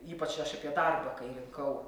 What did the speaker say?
ypač aš apie darbą kai rinkau